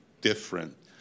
different